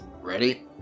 ready